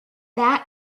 that